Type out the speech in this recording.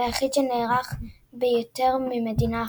והיחיד שנערך ביותר ממדינה אחת.